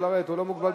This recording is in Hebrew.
לא לרדת?